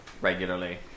regularly